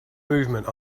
movement